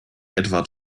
edward